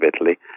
Italy